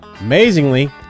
Amazingly